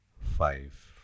five